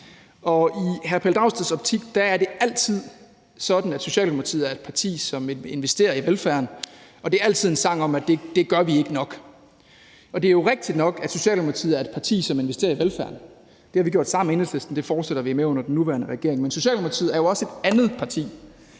i hr. Pelle Dragsteds optik er det altså sådan, at Socialdemokratiet er et parti, som investerer i velfærden, men det er altid en sang om, at det gør vi ikke nok. Og det er jo rigtigt nok, at Socialdemokratiet er et parti, som investerer i velfærden; det har vi gjort sammen med Enhedslisten, og det fortsætter vi med under den nuværende regering. Men Socialdemokratiet er jo også et andet parti.